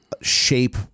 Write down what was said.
shape